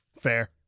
Fair